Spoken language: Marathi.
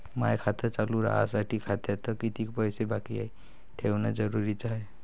माय खातं चालू राहासाठी खात्यात कितीक पैसे बाकी ठेवणं जरुरीच हाय?